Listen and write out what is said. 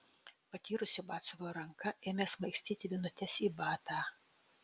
patyrusi batsiuvio ranka ėmė smaigstyti vinutes į batą